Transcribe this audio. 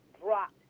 dropped